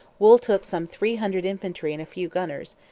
wool took some three hundred infantry and a few gunners,